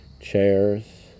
Chairs